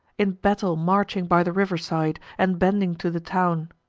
in battle marching by the river side, and bending to the town.